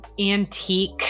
antique